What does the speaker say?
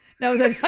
No